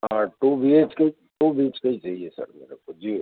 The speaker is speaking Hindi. हाँ two B H K two B H K ही चाहिए सर मेरे को जी